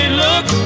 look